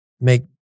make